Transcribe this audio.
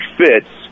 fits